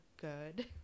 good